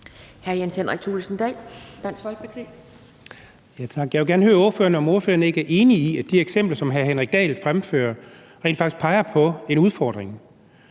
Jens Henrik Thulesen Dahl (DF): Tak. Jeg vil gerne spørge ordføreren, om ordføreren ikke er enig i, at de eksempler, som hr. Henrik Dahl fremfører, rent faktisk peger på en udfordring.